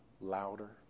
louder